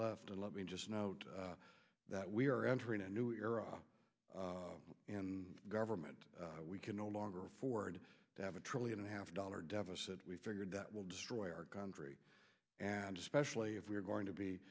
note that we are entering a new era in government we can no longer afford to have a trillion and a half dollar deficit we figured that will destroy our country and especially if we're going to be